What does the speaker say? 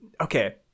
okay